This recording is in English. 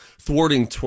thwarting